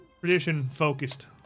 tradition-focused